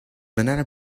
banana